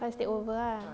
faiz take over lah